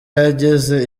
yageze